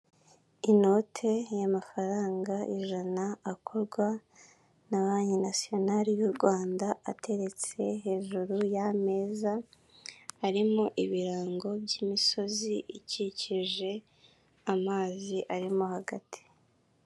Inote y'amafaranga ijana akorwa na banki nasiyonali y'u Rwanda, ateretse hejuru yameza arimo ibirango by'imisozi ikikije amazi arimo hagati.